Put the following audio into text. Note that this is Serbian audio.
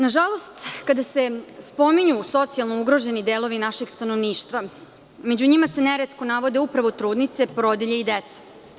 Nažalost, kada se spominju socijalno ugroženi delovi našeg stanovništva, među njima se neretko navode upravo trudnice, porodilje i deca.